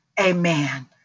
amen